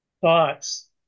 thoughts